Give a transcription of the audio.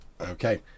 okay